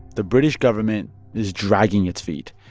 the british government is dragging its feet.